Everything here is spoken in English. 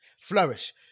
Flourish